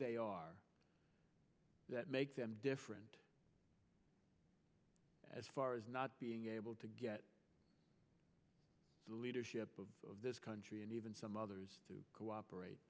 they that makes them different as far as not being able to get the leadership of this country and even some others to cooperate